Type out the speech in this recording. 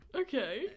Okay